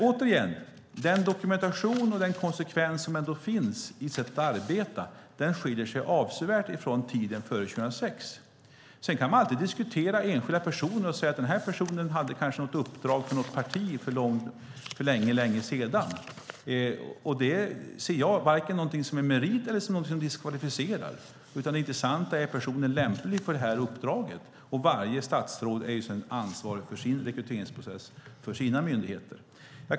Den dokumentation och den konsekvens som finns i sättet att arbeta skiljer sig avsevärt från tiden före 2006. Man kan alltid diskutera enskilda personer. En person kanske hade ett uppdrag för ett parti för länge sedan. Det ser jag inte som vare sig en merit eller som något som diskvalificerar. Det intressanta är om personen är lämplig för uppdraget. Varje statsråd är ansvarigt för rekryteringsprocesserna för sina myndigheter.